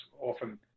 often